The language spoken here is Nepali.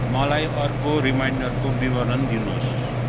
मलाई अर्को रिमाइन्डरको विवरण दिनुहोस्